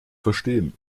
verstehen